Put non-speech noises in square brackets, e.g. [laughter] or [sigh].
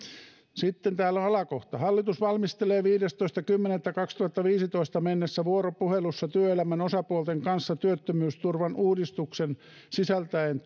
sitten täällä on alakohta hallitus valmistelee viidestoista kymmenettä kaksituhattaviisitoista mennessä vuoropuhelussa työelämän osapuolten kanssa työttömyysturvan uudistuksen sisältäen [unintelligible]